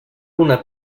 una